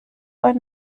ein